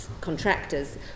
contractors